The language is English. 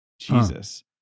Jesus